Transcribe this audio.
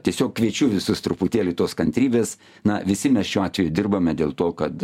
tiesiog kviečiu visus truputėlį tos kantrybės na visi mes šiuo atveju dirbame dėl to kad